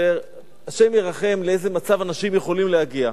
שהשם ירחם לאיזה מצב אנשים יכולים להגיע.